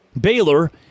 Baylor